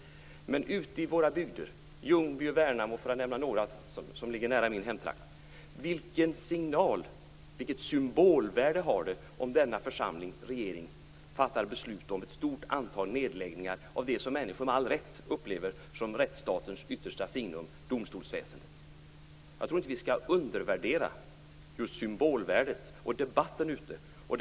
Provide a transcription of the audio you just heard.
Men vilket symbolvärde har det ute i våra bygder, i Ljungby och Värnamo, för att nämna några som ligger i min hemtrakt, om denna församling och regeringen fattar beslut om ett stort antal nedläggningar av det som människor med all rätt upplever som rättsstatens yttersta signum, nämigen domstolsväsendet? Jag tror inte att vi skall undervärdera just detta symbolvärde och debatten ute i landet.